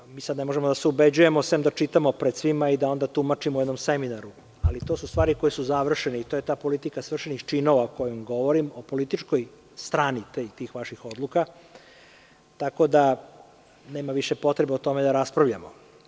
To je prvo, mi sada ne možemo da se ubeđujemo osim da čitamo pred svima i da onda tumačimo na jednom seminaru, ali to su stvari koje su završene i to je ta politika svršenih činova kojom govorim, o političkoj strani tih vaših odluka, tako da nema više potrebe o tome da raspravljamo.